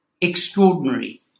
Extraordinary